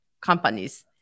companies